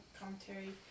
commentary